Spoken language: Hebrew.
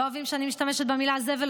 לא אוהבים שאני משתמשת במילה זבל,